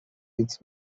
its